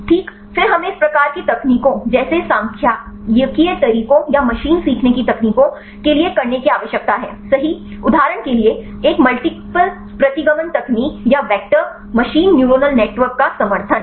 ठीक फिर हमें इसे कुछ प्रकार की तकनीकों जैसे सांख्यिकीय तरीकों या मशीन सीखने की तकनीकों के लिए करने की आवश्यकता है सही उदाहरण के लिए एक मल्टीप्ल प्रतिगमन तकनीक या वेक्टर मशीन न्यूरल नेटवर्क का समर्थन